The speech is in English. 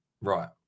Right